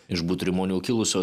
iš butrimonių kilusios